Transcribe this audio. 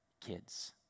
kids